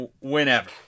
whenever